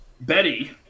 Betty